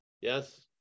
Yes